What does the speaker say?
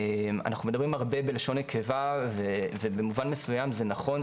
אנחנו מדברים הרבה בלשון נקבה ובמובן מסוים זה נכון,